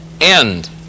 end